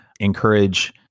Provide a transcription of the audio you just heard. encourage